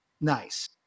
Nice